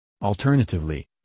Alternatively